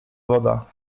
woda